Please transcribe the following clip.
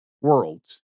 worlds